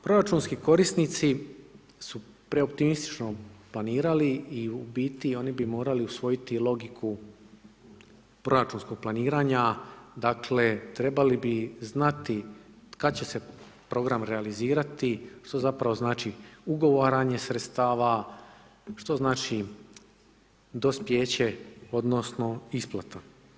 Proračunski korisnici su preoptimistično planirali i u biti oni bi morali usvojiti logiku proračunskog planiranja, dakle, trebali bi znati kada će se program realizirati, što zapravo znači ugovaranje sredstava, što zapravo znači dospijeće odnosno, isplata.